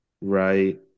Right